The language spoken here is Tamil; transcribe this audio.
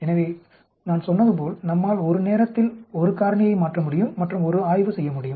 எனவே உண்மையில் நான் சொன்னதுபோல் நம்மால் ஒரு நேரத்தில் ஒரு காரணியை மாற்றமுடியும் மற்றும் ஒரு ஆய்வு செய்யமுடியும்